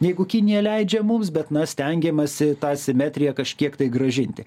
jeigu kinija leidžia mums bet na stengiamasi tą simetriją kažkiek tai grąžinti